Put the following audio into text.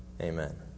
Amen